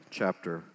chapter